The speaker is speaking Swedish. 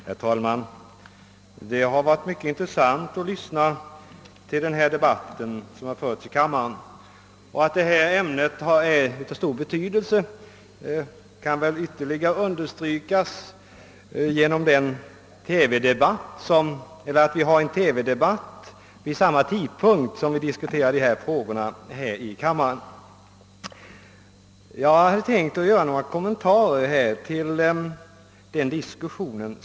Herr talman! Det har varit mycket intressant att lyssna till den debatt som nu förts i denna kammare. Att ämnet är av stor betydelse understryks väl ytterligare av att det, samtidigt som vi för diskussionen här, pågår en TV-debatt om dessa frågor. Jag har tänkt göra några kommentarer till den förda diskussionen.